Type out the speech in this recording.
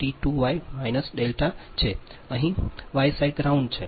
આ transformer T2Y છે અહીં વાય સાઇડ ગ્રાઉન્ડ પણ છે